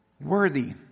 worthy